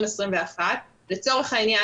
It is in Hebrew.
לצורך העניין,